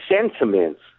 sentiments